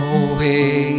away